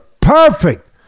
Perfect